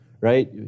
right